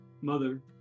mother